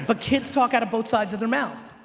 but kids talk out of both sides of their mouth.